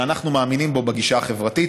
שאנחנו מאמינים בו בגישה החברתית.